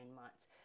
months